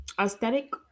aesthetic